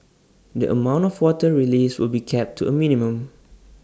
the amount of water released will be kept to A minimum